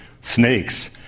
snakes